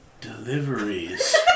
deliveries